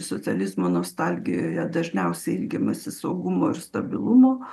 socializmo nostalgijoje dažniausiai ilgimasi saugumo ir stabilumo